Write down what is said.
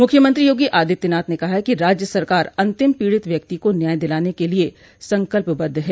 मुख्यमंत्री योगी आदित्यनाथ ने कहा है कि राज्य सरकार अन्तिम पीड़ित व्यक्ति को न्याय दिलाने के लिए संकल्पबद्ध है